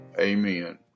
Amen